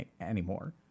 anymore